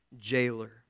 jailer